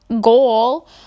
goal